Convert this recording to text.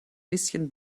bisschen